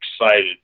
excited